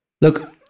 Look